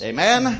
Amen